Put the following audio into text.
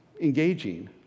engaging